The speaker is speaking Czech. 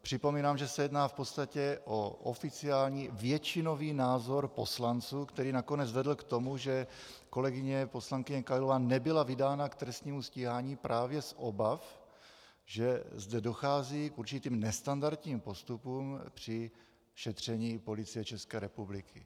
Připomínám, že se jedná v podstatě o oficiální většinový názor poslanců, který nakonec vedl k tomu, že kolegyně poslankyně Kailová nebyla vydána k trestnímu stíhání právě z obav, že zde dochází k určitým nestandardním postupům při šetření Policie České republiky.